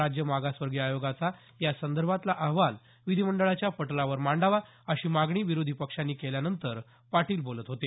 राज्य मागासवर्गीय आयोगाचा यासंदर्भातला अहवाल विधीमंडळाच्या पटलावर मांडावा अशी मागणी विरोधी पक्षांनी केल्यानंतर पाटील बोलत होते